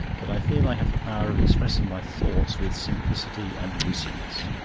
but i feel i have the power of expressing my thoughts with simplicity and lucidness.